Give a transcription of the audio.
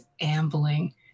ambling